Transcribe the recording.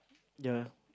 ya